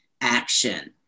action